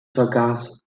vergaß